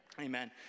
Amen